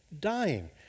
dying